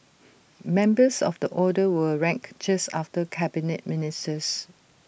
members of the order were ranked just after Cabinet Ministers